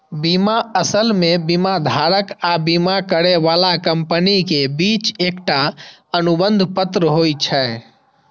बीमा असल मे बीमाधारक आ बीमा करै बला कंपनी के बीच एकटा अनुबंध पत्र होइ छै